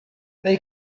they